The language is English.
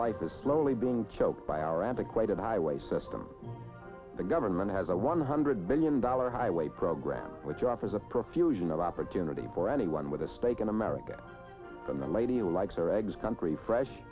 life is slowly being choked by our antiquated highway system the government has a one hundred million dollar highway program which offers a profusion of opportunity for anyone with a stake in america on the lady like her eggs country fresh